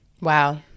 Wow